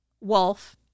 wolf